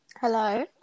Hello